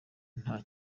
nta